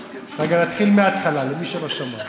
נתחיל מההתחלה, למי שלא שמע.